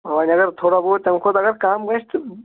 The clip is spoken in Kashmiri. وۄنۍ اگر تھوڑا بُہت تمہِ کھۄتہٕ اگر کم گژھِ تہٕ